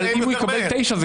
אבל אם הוא מקבל תשעה חודשים,